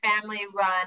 family-run